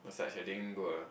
massage I didn't go ah